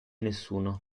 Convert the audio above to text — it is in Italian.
nessuno